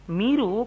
miru